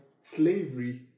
slavery